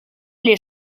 les